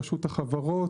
רשות החברות,